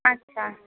আচ্ছা